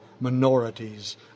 minorities